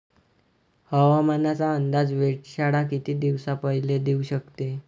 हवामानाचा अंदाज वेधशाळा किती दिवसा पयले देऊ शकते?